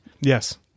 Yes